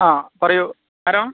ആ പറയൂ ആരാ